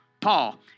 Paul